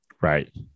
right